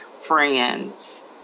friends